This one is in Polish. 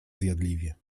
zjadliwie